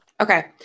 Okay